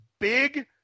big